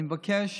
אני מבקש,